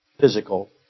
physical